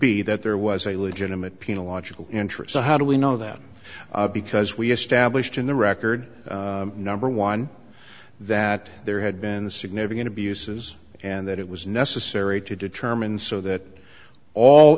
be that there was a legitimate pina logical interest how do we know that because we established in the record number one that there had been a significant abuses and that it was necessary to determine so that all